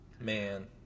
Man